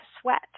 sweat